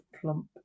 plump